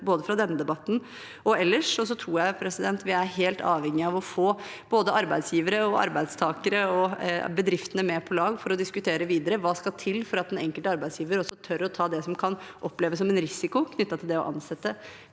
både fra denne debatten og ellers. Jeg tror vi er helt avhengig av å få både arbeidsgivere, arbeidstakere og bedrifter med på laget for å diskutere videre: Hva skal til for at den enkelte arbeidsgiver tør å ta det som kan oppleves som en risiko knyttet til det å ansette